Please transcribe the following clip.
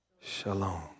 shalom